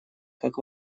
как